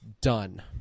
done